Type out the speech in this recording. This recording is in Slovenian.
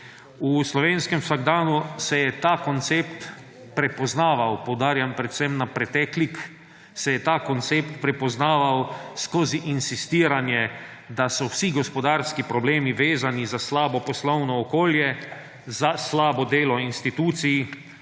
V slovenskem vsakdanu se je ta koncept prepoznaval, poudarjam predvsem na preteklik, se je ta koncept prepoznaval skozi insistiranje, da so vsi gospodarski problemi vezani za slabo poslovno okolje, za slabo delo institucij,